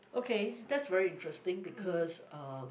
okay that's very interesting because uh